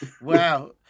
Wow